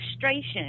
frustration